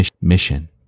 mission